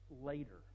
later